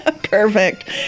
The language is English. perfect